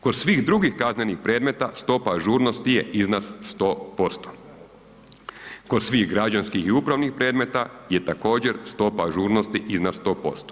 Kod svih drugih kaznenih predmeta stopa ažurnosti je iznad 100%, kod svih građanskih i upravnih predmeta je također stopa ažurnosti iznad 100%